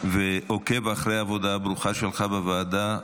עוקב אחרי העבודה הברוכה שלך בוועדה.